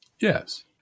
Yes